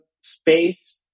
space